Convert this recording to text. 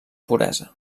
puresa